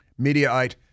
Mediaite